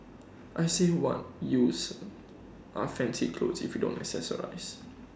I say what use are fancy clothes if you don't accessories